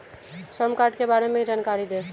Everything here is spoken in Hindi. श्रम कार्ड के बारे में जानकारी दें?